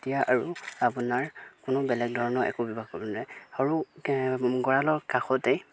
এতিয়া আৰু আপোনাৰ কোনো বেলেগ ধৰণৰ একো ব্যৱহাৰ কৰিব নাই সৰু গঁৰালৰ কাষতেই